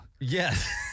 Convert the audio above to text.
Yes